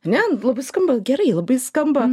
ane labai skamba gerai labai skamba